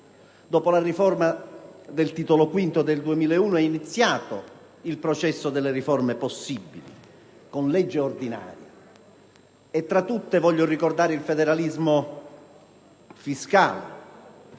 Dopo la riforma del Titolo V, del 2001, è iniziato il processo delle riforme possibili con legge ordinaria. Tra tutte voglio ricordare il federalismo fiscale,